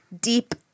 Deep